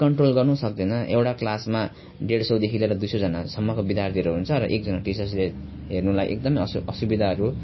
control गर्नु सक्दैन एउटा क्लासमा डेढ सयदेखि दुई सयजनाहरूसम्मको विद्यार्थीहरू हुन्छ र एकजना टिचर्सले हेर्नुलाई एकदम असु असुविधाहरू